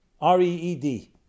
R-E-E-D